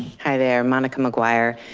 hi there, monica mcguire.